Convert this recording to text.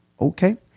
Okay